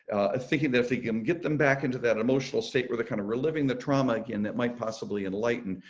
thinking that if he can get them back into that emotional state where they're kind of reliving the trauma, again, that might possibly enlightened.